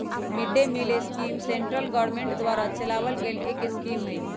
mid day meal scheme central government द्वारा चलावल गईल एक स्कीम हई